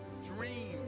dream